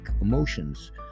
emotions